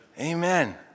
Amen